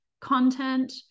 content